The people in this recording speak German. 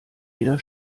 jeder